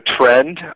trend